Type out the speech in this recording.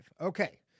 okay